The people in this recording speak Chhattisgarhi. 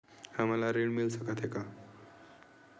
हमन ला ऋण मिल सकत हे का?